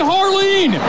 Harleen